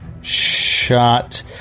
shot